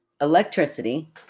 Electricity